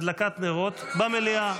הדלקת נרות במליאה.